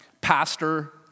pastor